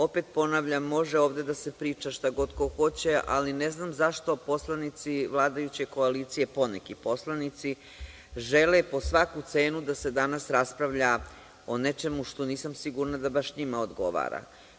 Opet ponavljam, može ovde da se priča šta god ko hoće, ali ne znam zašto poslanici vladajuće koalicije, poneki poslanici, žele po svaku cenu da se danas raspravlja o nečemu što nisam sigurna da baš njima odgovara.